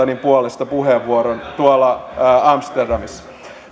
puolesta puheenvuoron amsterdamissa